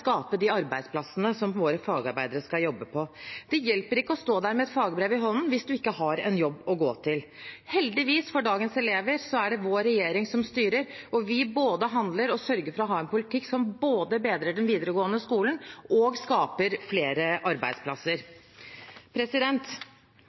skape de arbeidsplassene som våre fagarbeidere skal jobbe på. Det hjelper ikke å stå der med et fagbrev i hånden hvis man ikke har en jobb å gå til. Heldigvis for dagens elever er det vår regjering som styrer, og vi både handler og sørger for å ha en politikk som både bedrer den videregående skolen og skaper flere arbeidsplasser.